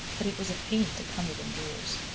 that it was a pain to come within doors.